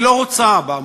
היא לא רוצה בעמותות,